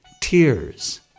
tears